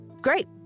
great